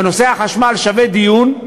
ונושא החשמל שווה דיון,